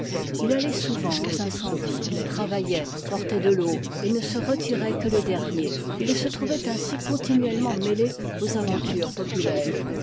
il alloit souvent aux incendies travailpit portoit de l'eau et ne se retiroit que le j ernier il s e trouvoit ainsi continuellenlc ii t iliêréaux aventures populaires